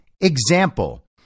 example